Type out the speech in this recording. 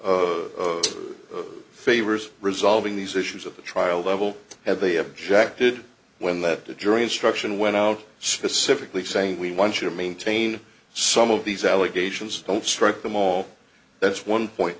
of favors resolving these issues at the trial level and they objected when that the jury instruction went out specifically saying we want to maintain some of these allegations don't strike them all that's one point